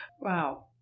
Wow